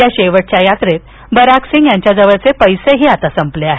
या शेवटच्या यात्रेत बरागसिंघ यांच्या जवळील पैसे ही संपले आहेत